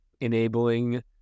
enabling